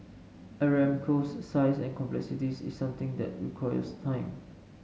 Aramco's size and complexities is something that requires time